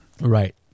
Right